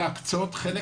להקצות חלק